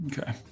Okay